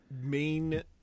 main